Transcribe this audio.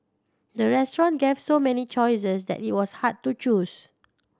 the restaurant gave so many choices that it was hard to choose